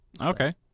Okay